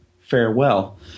farewell